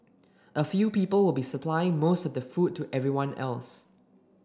a few people will be supplying most of the food to everyone else